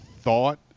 thought